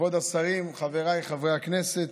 כבוד השרים, חבריי חברי הכנסת,